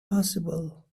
possible